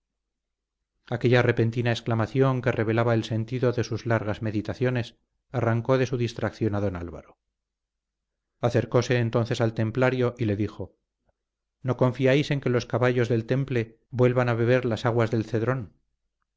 aquella repentina exclamación que revelaba el sentido de sus largas meditaciones arrancó de su distracción a don álvaro acercóse entonces al templario y le dijo no confiáis en que los caballos del temple vuelvan a beber las aguas del cedrón